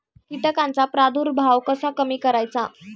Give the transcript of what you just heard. कीटकांचा प्रादुर्भाव कसा कमी करायचा?